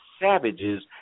savages